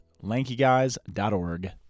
lankyguys.org